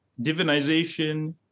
divinization